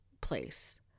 place